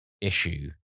issue